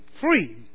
free